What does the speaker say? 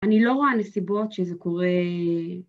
‫אני לא רואה נסיבות שזה קורה...